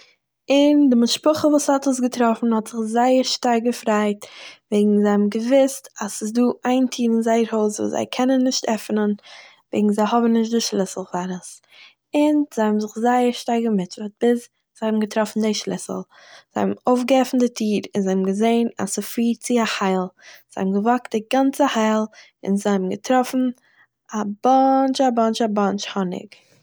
און די משפחה וואס האט עס געטראפן האט זיך זייער שטארק געפריידט, וועגן זיי האבן געוואוסט אז ס'איז דא איין טיר אין זייער הויז וואס זיי קענען נישט עפענען וועגן זיי האבן נישט די שליסל פאר עס, און זיי האבן זיך זייער שטארק געמוטשעט ביז, זיי האבן געטראפן די שליסל. זיי האבן אויפגעעפענט די טיר און זיי האבן געזעהן אז ס'פירט צו א הייל, זיי האבן געוואקט די גאנצע הייל און זיי האבן געטראפן א באנטש א באנטש א באנטש האניג!